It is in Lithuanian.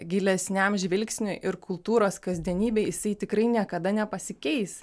gilesniam žvilgsniui ir kultūros kasdienybei jisai tikrai niekada nepasikeis